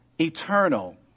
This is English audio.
eternal